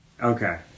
Okay